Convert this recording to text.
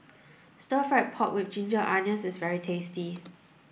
stir fry pork with ginger onions is very tasty